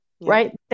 right